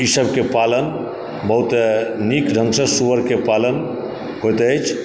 ई सबके पालन बहुत नीकढ़ंगसँ सूअरके पालन होयत अछि